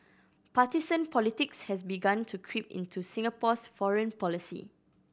partisan politics has begun to creep into Singapore's foreign policy